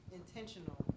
intentional